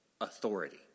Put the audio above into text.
authority